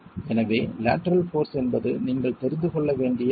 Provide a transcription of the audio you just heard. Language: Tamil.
எனவே லேட்டரல் போர்ஸ் என்பது நீங்கள் தெரிந்து கொள்ள வேண்டிய அளவு